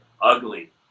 ugly